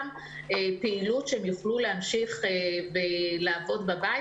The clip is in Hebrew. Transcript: פעילות שהם יוכלו להמשיך לעבוד בבית.